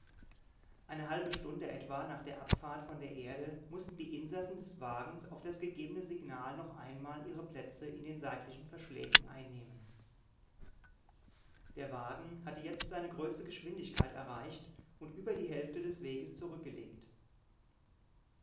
eine halbe stunde etwa nach der abfahrt von der erde mußten die insassen des wagens auf das gegebene signal noch einmal ihre plätze in den seitlichen verschlägen einnehmen der wagen hatte jetzt seine größte geschwindigkeit erreicht und über die hälfte seines weges zurückgelegt